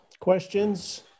questions